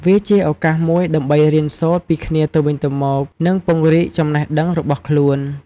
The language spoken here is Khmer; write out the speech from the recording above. វាជាឱកាសមួយដើម្បីរៀនសូត្រពីគ្នាទៅវិញទៅមក និងពង្រីកចំណេះដឹងរបស់ខ្លួន។